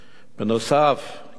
נוסף לכך,